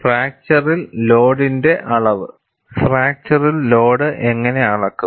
ഫ്രാക്ചറിൽ ലോഡിന്റെ അളവ് ഫ്രാക്ചറിൽ ലോഡ് എങ്ങനെ അളക്കും